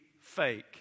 fake